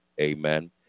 Amen